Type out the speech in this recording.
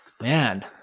Man